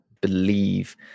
believe